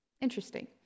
Interesting